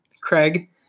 Craig